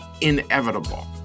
inevitable